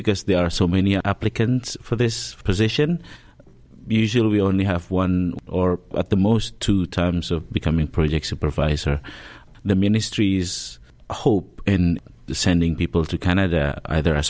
because there are so many applicants for this position usually only have one or at the most two terms of becoming project supervisor the ministries hope in sending people to canada either